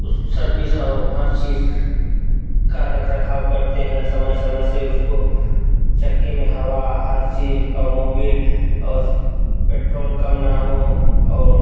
उसकी सर्विस और हर चीज़ का रख रखाव करते हैं समय समय से उसको चक्के में हवा हर चीज़ और मोबिल और पेट्रोल कम न हो और